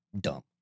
dumb